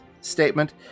statement